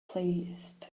playlist